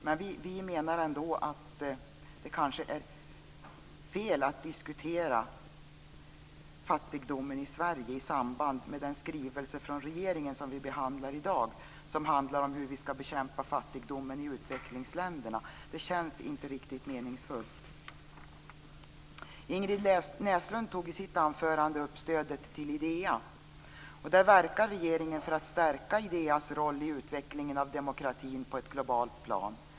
Men vi menar att det kanske är fel att diskutera fattigdomen i Sverige i samband med den skrivelse från regeringen som vi behandlar i dag, som handlar om hur vi skall bekämpa fattigdomen i utvecklingsländerna. Det känns inte riktigt meningsfullt. Ingrid Näslund tog i sitt anförande upp frågan om stödet till IDEA. Regeringen verkar för att stärka IDEA:s roll i utvecklingen av demokratin på ett globalt plan.